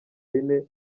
yine